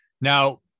now